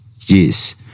yes